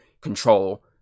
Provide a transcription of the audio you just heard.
Control